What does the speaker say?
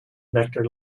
vector